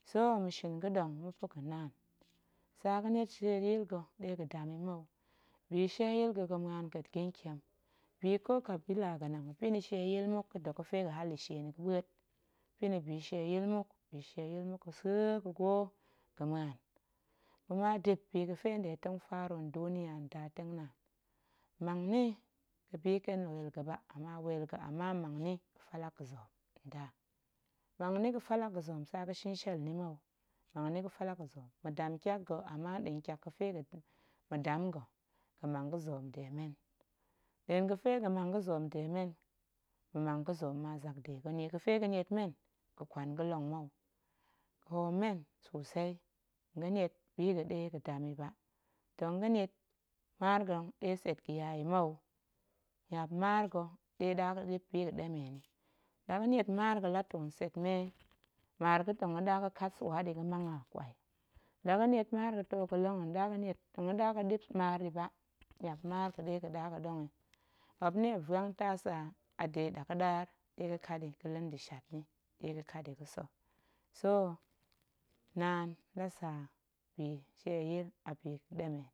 So ma̱shin ga̱ɗong ma̱pa̱ ga̱ naan, tsa ga̱niet shieyil ga̱ ɗe ga̱dam yi mou, bishieyil ga̱ muan ƙa̱a̱t ntiem, bi ƙo kabila ga̱nang ga̱pa̱ shieyil muop ga̱dok ga̱fe ga̱ halishe ni ga̱ɓuet, pa̱ni bishieyil muk, bishieyil muk ga̱sa̱e ga̱gwo ga̱ muan, kuma dip bi ga̱fe nɗe tong feru nduniya ndatengnaan, mang ni ga̱bi ƙen weel ga̱ba ama weel ga̱, ama mang ga̱ fallak ga̱zoom, mang ni ga̱ fallak ga̱zoom tsa ga̱ shinshiel nni mou, mang ni ga̱ fallak ga̱zoom, ma̱dam tyak ga̱ ama nɗa̱a̱n tyak ga̱fe ma̱dam nga̱, ga̱ mang ga̱zoom de men, nɗa̱a̱n ga̱fe ga̱mang ga̱zoom de men, ma̱ mang ga̱zoom ma zak de ga̱ nnie ga̱fe ga̱niet men ga̱kwan ga̱long mou, hoom men sosei ga̱niet biga̱ ɗe ga̱dam yi ba, tong ga̱niet maar ga̱ ɗe tset ga̱ya yi mou, ga̱niap maar ga̱ ɗe ɗa ga̱ɗip biga̱ɗemen yi, la ga̱niet maar ga̱ la ntoo tset mee, maar ga̱ tong ɗa ga̱kat swa ɗi ga̱mang a kwai, la ga̱niet maar ga̱ ga̱too ga̱long tong ga̱ɗa ga̱niet tong ga̱ɗa ga̱ɗip maar ɗi ba, niap maar ga̱ ɗe ga̱ɗa ga̱ɗong yi. Muop ni muop vuang tasa a de ga̱ɗa ga̱ɗaar ɗe ga̱kat yi ga̱la̱ nda̱ shat nni ɗe ga̱kat yi ga̱sa̱, so naan la sa bishieyil a biga̱ɗemen.